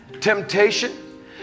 temptation